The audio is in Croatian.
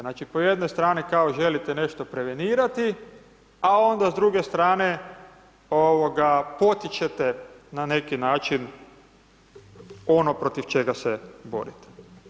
Znači po jednoj strani kao želite nešto prevenirati, a onda s druge strane, ovoga, potičete na neki način ono protiv čega se borite.